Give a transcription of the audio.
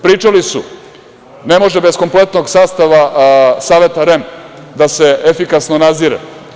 Pričali su – ne može bez kompletnog sastava Saveta REM da se efikasno nadzire.